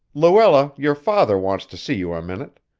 luella, your father wants to see you a minute.